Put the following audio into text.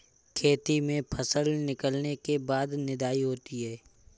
खेती में फसल निकलने के बाद निदाई होती हैं?